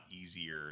easier